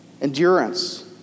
Endurance